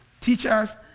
teachers